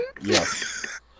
Yes